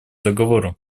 договору